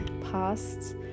past